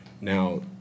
Now